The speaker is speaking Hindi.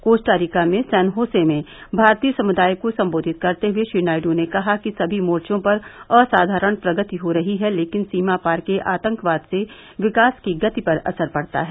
कोस्टा रिका में सैन होसे में भारतीय समुदाय को संबोधित करते हुए श्री नायडू ने कहा कि सभी मोर्चो पर असाधारण प्रगति हो रही है लेकिन सीमा पार के आतंकवाद से विकास की गति पर असर पड़ता है